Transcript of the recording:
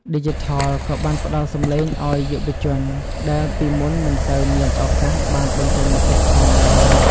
ឌីជីថលក៏បានផ្ដល់សំឡេងឱ្យយុវជនដែលពីមុនមិនសូវមានឱកាសបានបញ្ចេញមតិផងដែរ។